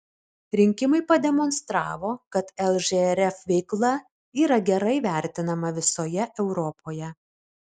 rinkimai pademonstravo kad lžrf veikla yra gerai vertinama visoje europoje